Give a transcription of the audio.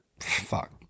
Fuck